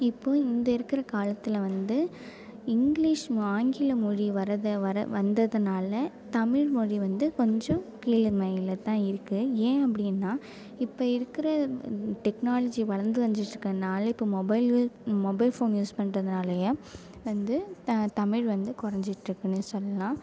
இப்போது இந்த இருக்கிற காலத்தில் வந்து இங்கிலிஷ் ஆங்கிலம் மொழி வரதை வர வந்ததுனால் தமிழ் மொழி வந்து கொஞ்சம் கீழ் நிலையில தான் இருக்குது ஏன் அப்படினா இப்போ இருக்கிற டெக்னாலஜி வளர்த்து வந்துட்டு இருக்கிறதுனால இப்போ மொபைலு மொபைல் போன் யூஸ் பண்ணுறதுனாலயா வந்து த தமிழ் வந்து குறைஞ்சிட்டு இருக்குதுனே சொல்லலாம்